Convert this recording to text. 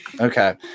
Okay